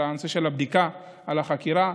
בנושא של הבדיקה של החקירה,